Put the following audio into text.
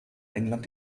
england